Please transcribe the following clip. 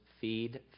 feed